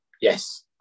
Yes